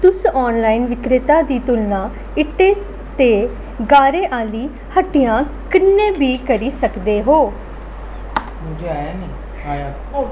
तुस ऑनलाइन विक्रेता दी तुलना इट्टें ते गारे आह्ली हट्टियें कन्नै बी करी सकदे ओ